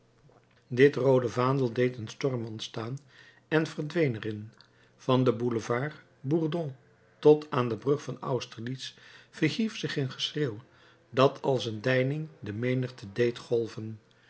dit roode vaandel deed een storm ontstaan en verdween er in van den boulevard bourdon tot aan de brug van austerlitz verhief zich een geschreeuw dat als een deining de menigte deed golven